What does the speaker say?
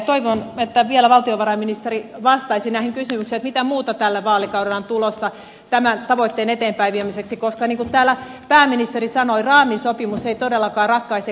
toivon että vielä valtiovarainministeri vastaisi näihin kysymyksiin mitä muuta tällä vaalikaudella on tulossa tämän tavoitteen eteenpäinviemiseksi koska niin kuin täällä pääministeri sanoi raamisopimus ei todellakaan ratkaise kaikkea